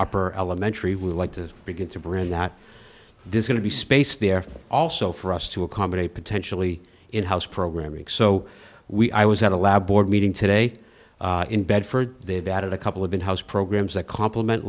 our per elementary we like to begin to bring that there's going to be space there also for us to accommodate potentially in house programming so we i was at a lab board meeting today in bedford they've added a couple of in house programs that compliment